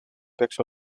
peaks